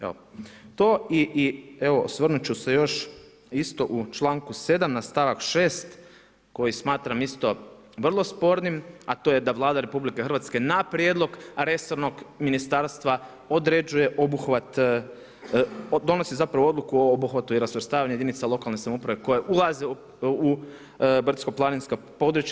Evo to i evo osvrnuti ću se još isto u članku 7. na stavak 6. koji smatram isto vrlo spornim a to je da Vlada RH na prijedlog resornog ministarstva određuje obuhvat, donosi zapravo odluku o obuhvatu i razvrstavanju jedinica lokalne samouprave koje ulaze u brdsko-planinska područja.